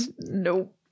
Nope